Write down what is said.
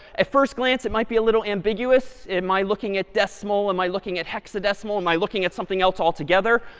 at first glance it might be a little ambiguous. am i looking at decimal? am i looking at hexadecimal? am i looking at something else altogether?